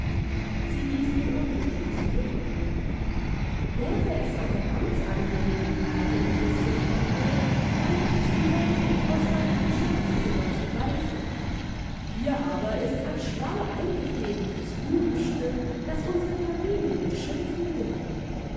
sie wies ihn unwillig zurück wäre es eine amtsangelegenheit um die es sich handelt dann hättest du recht mich aus deinem geschäftszimmer zu weisen hier aber ist's ein schlau eingefädeltes bubenstück das unsere familie beschimpfen will